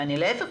להיפך,